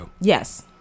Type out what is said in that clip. Yes